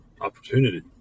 opportunity